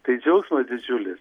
tai džiaugsmas didžiulis